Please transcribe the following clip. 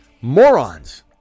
morons